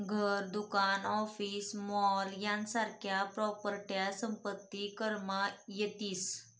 घर, दुकान, office, mall यासारख्या प्रॉपर्ट्या संपत्ती करमा येतीस